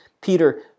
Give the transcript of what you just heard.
Peter